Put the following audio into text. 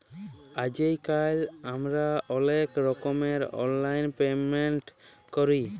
আইজকাল আমরা অলেক রকমের অললাইল পেমেল্ট ক্যরি